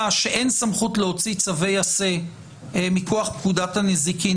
שאין סמכות להוציא צווי עשה מכוח פקודת הנזיקין